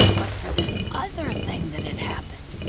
but for this other thing that had happened.